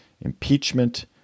impeachment